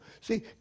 See